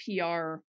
pr